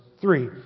three